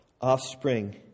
offspring